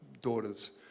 daughters